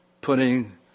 putting